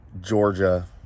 Georgia